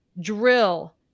drill